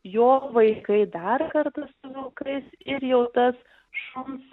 jo vaikai dar kartą su vilkais ir jau tas šuns